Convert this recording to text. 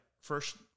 first